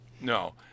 no